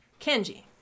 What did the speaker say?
Kenji